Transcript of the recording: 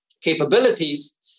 capabilities